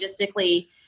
logistically